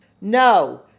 no